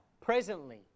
presently